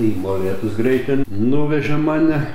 į molėtus greitai nuvežė mane